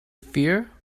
fear